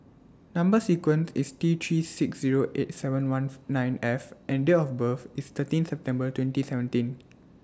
Number sequence IS T three six Zero eight seven one nine F and Date of birth IS thirteen September twenty seventeen